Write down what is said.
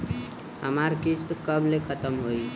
हमार किस्त कब ले खतम होई?